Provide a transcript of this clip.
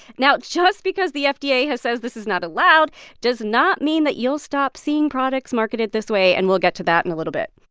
now, just because the fda has says this is not allowed does not mean that you'll stop seeing products marketed this way. and we'll get to that in a little bit